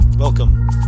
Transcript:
Welcome